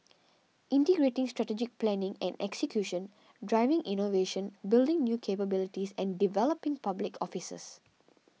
integrating strategic planning and execution driving innovation building new capabilities and developing public officers